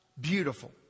beautiful